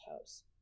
house